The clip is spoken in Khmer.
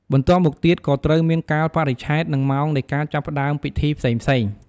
បន្ទាប់មកទៀត ក៏ត្រូវមានកាលបរិច្ឆេទ និងម៉ោងនៃការចាប់ផ្ដើមពិធីផ្សេងៗ។